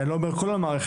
אני לא אומר כל המערכת,